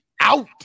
out